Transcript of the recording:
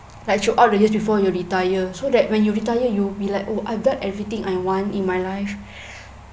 like throughout the years before you retire so that when you retire you'll be like oh I've done everything I want in my life